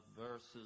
verses